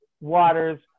waters